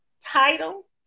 title